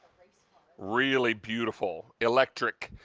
really beautiful, electric.